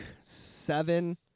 seven